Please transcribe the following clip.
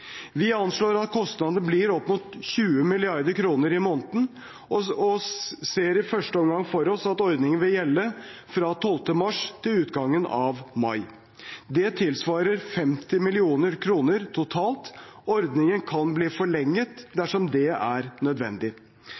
Vi anslår at kostnadene blir opp mot 20 mrd. kr i måneden, og ser i første omgang for oss at ordningen vil gjelde fra 12. mars til utgangen av mai. Det tilsvarer 50 mrd. kr totalt. Ordningen kan bli forlenget dersom det er nødvendig